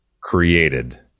created